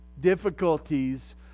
Difficulties